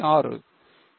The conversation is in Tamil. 6